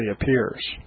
appears